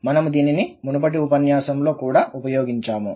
మనము దీనిని మునుపటి ఉపన్యాసాలలో కూడా ఉపయోగించాము